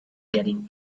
getting